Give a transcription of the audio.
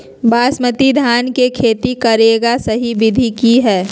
बासमती धान के खेती करेगा सही विधि की हय?